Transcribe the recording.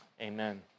Amen